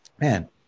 man